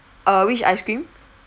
uh which ice cream